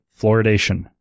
fluoridation